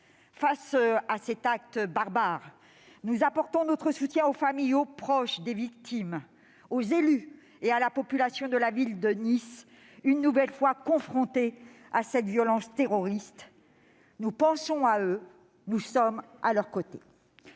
Face à cet acte barbare, nous apportons notre soutien aux familles, aux proches des victimes, aux élus et à la population de la ville de Nice, une nouvelle fois confrontés à cette violence terroriste. Nous pensons à eux, nous sommes à leurs côtés.